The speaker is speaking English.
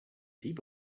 heap